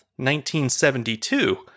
1972